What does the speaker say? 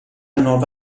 nuova